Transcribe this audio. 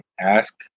ask